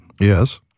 Yes